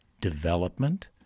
development